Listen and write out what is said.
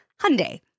Hyundai